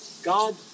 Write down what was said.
God